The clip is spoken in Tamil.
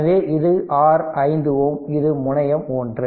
எனவே இது R 5 Ω இது முனையம் ஒன்று